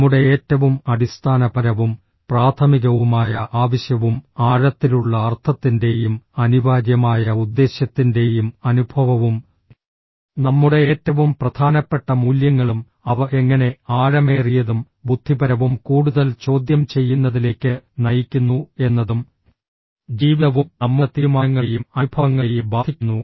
നമ്മുടെ ഏറ്റവും അടിസ്ഥാനപരവും പ്രാഥമികവുമായ ആവശ്യവും ആഴത്തിലുള്ള അർത്ഥത്തിൻറെയും അനിവാര്യമായ ഉദ്ദേശ്യത്തിൻറെയും അനുഭവവും നമ്മുടെ ഏറ്റവും പ്രധാനപ്പെട്ട മൂല്യങ്ങളും അവ എങ്ങനെ ആഴമേറിയതും ബുദ്ധിപരവും കൂടുതൽ ചോദ്യം ചെയ്യുന്നതിലേക്ക് നയിക്കുന്നു എന്നതും ജീവിതവും നമ്മുടെ തീരുമാനങ്ങളെയും അനുഭവങ്ങളെയും ബാധിക്കുന്നു